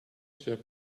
sia